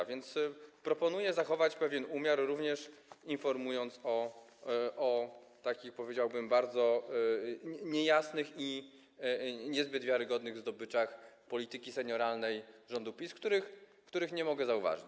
A więc proponuję zachować pewien umiar, również w informowaniu o takich, powiedziałbym, bardzo niejasnych i niezbyt wiarygodnych zdobyczach polityki senioralnej rządu PiS, których nie mogę zauważyć.